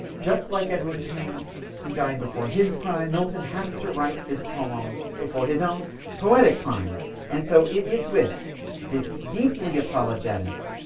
just like edward king who died before his prime, milton has to write this poem before his own poetic prime and so it is with this deeply apologetic,